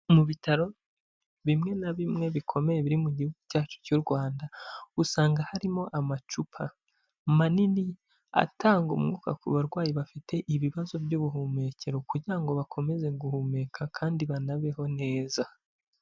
Mu bitaro bimwe na bimwe bikomeye biri mu gihugu cyacu cy'u Rwanda, usanga harimo amacupa manini atanga umwuka ku barwayi bafite ibibazo by'ubuhumekero kugira ngo bakomeze guhumeka kandi banabeho neza.